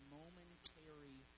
momentary